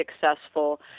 successful